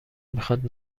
میخواد